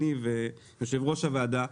לי וליושב-ראש הוועדה,